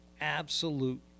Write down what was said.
absolute